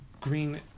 green